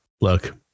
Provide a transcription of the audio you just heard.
look